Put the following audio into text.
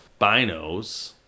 binos